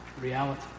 reality